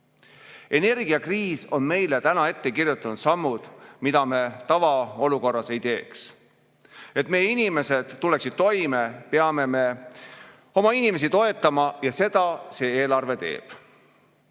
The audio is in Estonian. Energiakriis on meile ette kirjutanud sammud, mida me tavaolukorras ei teeks. Et meie inimesed tuleksid toime, peame oma inimesi toetama ja seda see eelarve teeb: